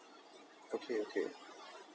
okay okay